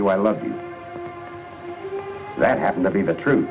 you i love you that happened to be the truth